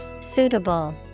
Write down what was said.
Suitable